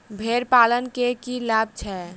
भेड़ पालन केँ की लाभ छै?